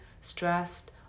stressed